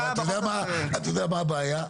אתה יודע מה הבעיה?